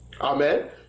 Amen